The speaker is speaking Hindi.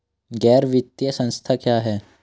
गैर वित्तीय संस्था क्या है?